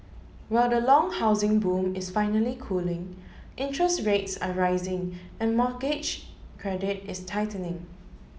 while the long housing boom is finally cooling interest rates are rising and mortgage credit is tightening